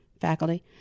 faculty